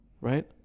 right